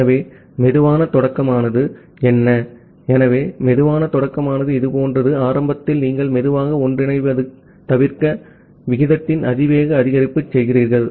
ஆகவே சுலோ ஸ்டார்ட்மானது என்ன ஆரம்பத்தில் நீங்கள் மெதுவாக ஒன்றிணைவதைத் தவிர்க்க விகிதத்தின் அதிவேக அதிகரிப்பு செய்கிறீர்கள்